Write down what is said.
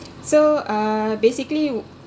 so uh basically